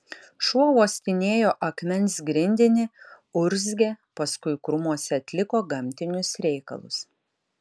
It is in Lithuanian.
šuo uostinėjo akmens grindinį urzgė paskui krūmuose atliko gamtinius reikalus